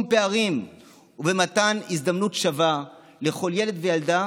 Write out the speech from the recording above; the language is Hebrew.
פערים ובמתן הזדמנות שווה לכל ילד וילדה